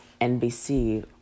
NBC